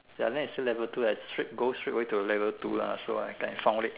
ya it's still at level two I straight go straight away to the level two then I found it